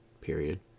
period